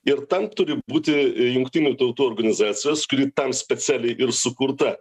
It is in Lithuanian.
ir ten turi būti jungtinių tautų organizacijos kuri tam specialiai sukurta